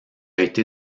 été